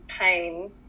pain